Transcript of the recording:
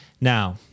Now